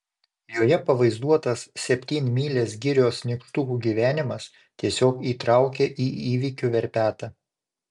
joje pavaizduotas septynmylės girios nykštukų gyvenimas tiesiog įtraukė į įvykių verpetą